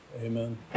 Amen